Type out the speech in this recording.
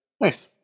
Nice